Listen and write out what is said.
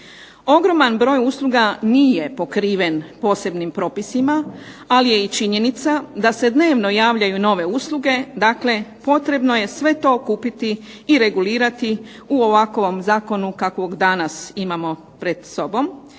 Ogroman broj usluga nije pokriven posebnim propisima, ali je i činjenica da se dnevno javljaju nove usluge, dakle potrebno je sve to kupiti i regulirati u ovakvom zakonu kakvog danas imamo pred sobom